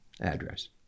address